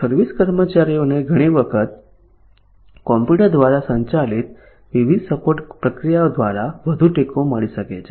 service કર્મચારીઓને ઘણી વખત કમ્પ્યુટર દ્વારા સંચાલિત વિવિધ સપોર્ટ પ્રક્રિયાઓ દ્વારા વધુ ટેકો મળી શકે છે